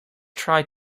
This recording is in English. try